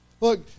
look